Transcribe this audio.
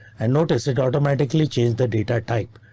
and notice it automatically change the data type.